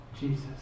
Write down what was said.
Jesus